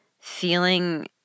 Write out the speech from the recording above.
feeling